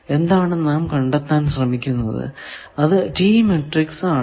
എന്താണ് നാം കണ്ടെത്താൻ ശ്രമിക്കുന്നത് അത് T മാട്രിക്സ് ആണ്